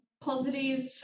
Positive